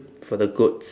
for the goats